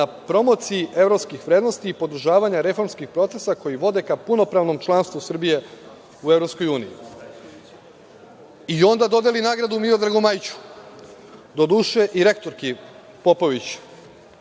promociji evropskih vrednosti i podržavanja reformskih procesa koji vode ka punopravnom članstvu Srbije u EU i onda dodeli nagradu Miodragu Majiću. Doduše i rektorki Popović